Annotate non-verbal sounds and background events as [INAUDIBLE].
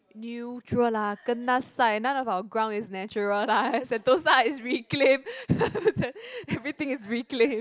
neutral lah kanasai none of ground is natural lah Sentosa is reclaimed [LAUGHS] everything is reclaimed